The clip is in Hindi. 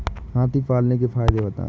हाथी पालने के फायदे बताए?